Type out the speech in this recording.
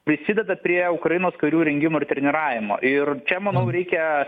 prisideda prie ukrainos karių rengimo ir treniravimo ir čia manau reikia